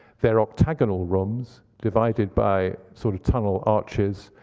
they're octagonal rooms divided by sort of tunnel arches,